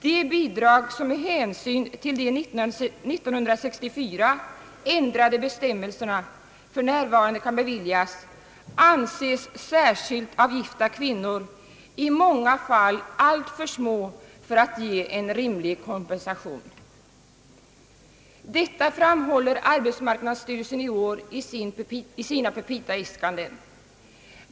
De bidrag som för närva rande kan beviljas på grund av de 1964 ändrade bestämmelserna anses särskilt av gifta kvinnor i många fall alltför små för att ge en rimlig kompensation. Detta framhåller arbetsmarknadsstyrelsen i år i sina petitaäskanden.